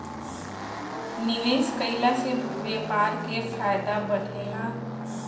निवेश कईला से व्यापार के फायदा बढ़ेला